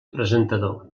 presentador